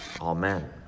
Amen